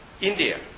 India